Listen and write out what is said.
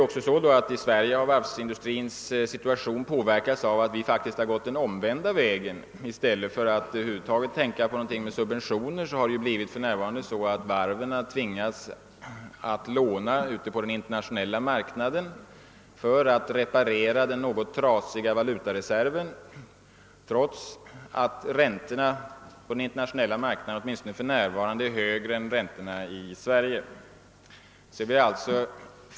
I Sverige har varvsindustrins situation också påverkats av att vi faktiskt gått den omvända vägen; i stället för att över huvud taget tänka på subventioner har varven tvingats att låna på den internationella marknaden för att reparera den något trasiga valutareserven, trots att räntorna på den internationella marknaden åtminstone för närvarande är högre än räntorna i Sverige.